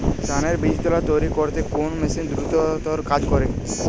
ধানের বীজতলা তৈরি করতে কোন মেশিন দ্রুততর কাজ করে?